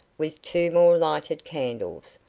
with two more lighted candles,